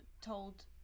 told